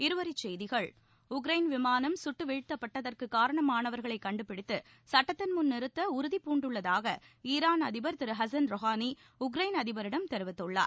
இருவரிச்செய்திகள் உக்ரைன் விமானம் சுட்டு வீழ்த்தப்பட்டதற்கு காரணமானவர்களைக் கண்டுபிடித்து சுட்டத்தின்முன் நிறுத்த உறுதிபூண்டுள்ளதாக ஈரான் அதிபர் திரு ஹசன் ரொஹாளி உக்ரைன் அதிபரிடம் தெரிவித்துள்ளார்